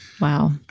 wow